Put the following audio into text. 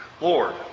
Lord